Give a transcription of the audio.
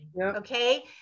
Okay